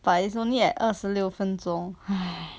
but is only at 二十六分钟 !haiya!